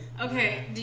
Okay